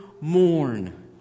mourn